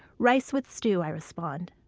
rice with stew, i respond.